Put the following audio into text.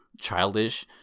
childish